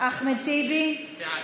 בעד, אחמד טיבי, בעד,